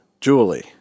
Julie